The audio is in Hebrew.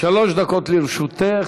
שלוש דקות לרשותך.